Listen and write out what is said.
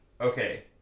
Okay